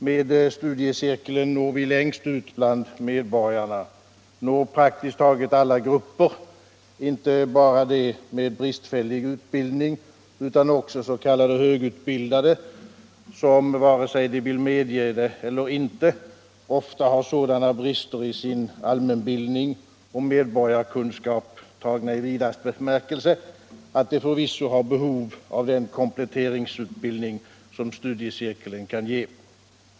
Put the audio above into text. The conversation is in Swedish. Med studiecirkeln når vi längst ut bland medborgarna, vi når praktiskt taget alla grupper — inte bara de grupper som har bristfällig utbildning utan också s.k. högutbildade som, vare sig de vill medge det eller inte, ofta har sådana brister i sin allmänbildning och medborgarkunskap i vidaste bemärkelse att de förvisso har behov av den kompletteringsutbildning som studiecirkeln kan ge.